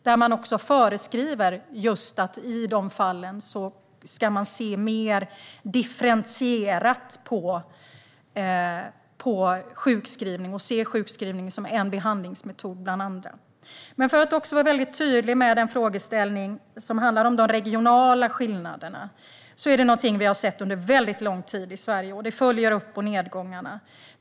Här föreskrivs att man i dessa fall ska se mer differentierat på sjukskrivning och se sjukskrivning som en behandlingsmetod bland andra. De regionala skillnaderna har vi sett under lång tid, och de följer upp och nedgångarna.